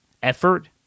Effort